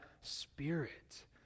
Spirit